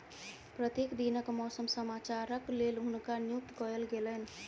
प्रत्येक दिनक मौसम समाचारक लेल हुनका नियुक्त कयल गेलैन